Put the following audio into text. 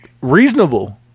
Reasonable